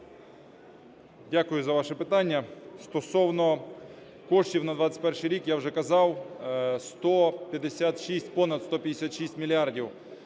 Дякую за ваше питання. Стосовно коштів на 21-й рік, я вже казав, 156, понад 156 мільярдів